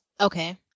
okay